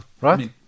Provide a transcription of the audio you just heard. right